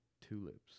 tulips